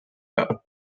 bas